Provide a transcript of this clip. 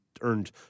earned